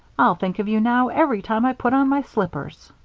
i'll think of you, now, every time i put on my slippers.